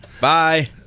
Bye